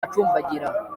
acumbagira